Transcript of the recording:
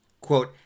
Quote